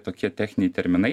tokie techniniai terminai